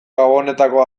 gabonetako